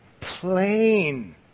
plain